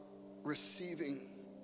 receiving